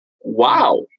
wow